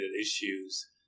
issues